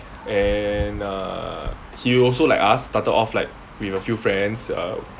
and uh he also like us started off like with a few friends err